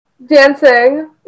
Dancing